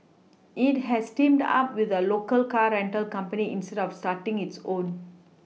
it has teamed up with a local car rental company instead of starting its own